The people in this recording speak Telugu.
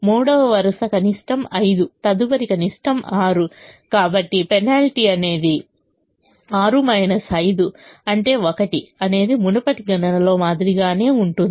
మూడవ వరుస కనిష్టం 5 తదుపరి కనిష్టం 6 కాబట్టి పెనాల్టీ అనేది 6 5 అంటే 1 అనేది మునుపటి గణనలో మాదిరిగానే ఉంటుంది